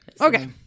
Okay